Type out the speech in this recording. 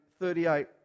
38